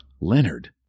Leonard